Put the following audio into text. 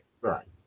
right